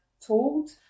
told